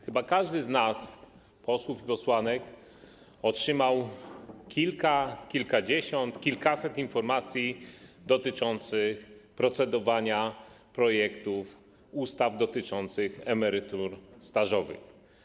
Chyba każdy z nas, posłów i posłanek, otrzymał kilka, kilkadziesiąt, kilkaset informacji w sprawie procedowania nad projektami ustaw dotyczących emerytur stażowych.